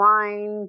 wine